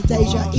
Deja